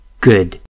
Good